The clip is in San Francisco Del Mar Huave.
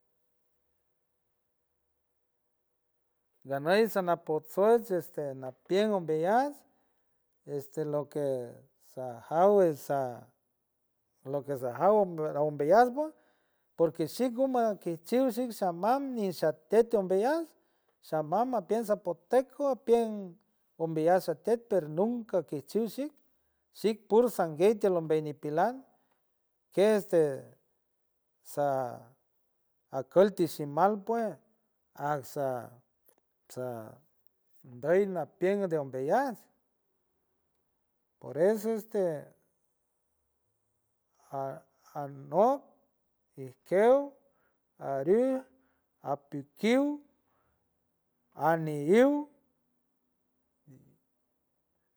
Ganuy samat potsoj este mapient umbeyuts este lo que sajaw es sa lo que sajaw umbeyuts pue porque xik guma quejchiuch xik xamam ni xatyety umbeyuts xamam mapients zapoteco apuent umbeyuts xatyety per nunca quijchiu xik, xik pursanguey tiel umbet nipi lang que este soa akul ti si mal pue ajts sa sa ndoy mapient de umbeyuts por eso este jar, jar nock ijkiew aruj apikiew anilluw.